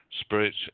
spirit